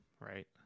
right